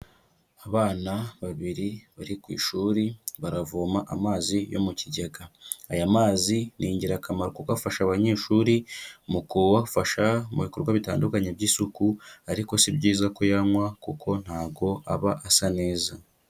Abana babiri bari ku ishuri baravoma amazi yo mu kigega. Aya mazi ni ingirakamaro kuko afasha abanyeshuri mu kubafasha mu bikorwa bitandukanye by'isuku, ariko si byiza kuyanywa kuko ntago aba asa neza.